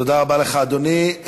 תודה רבה לך, אדוני.